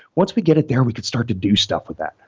once we get it there we could start to do stuff with that.